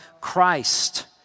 Christ